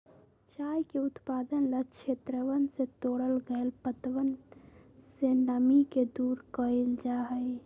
चाय के उत्पादन ला क्षेत्रवन से तोड़ल गैल पत्तवन से नमी के दूर कइल जाहई